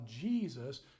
Jesus